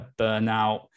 burnout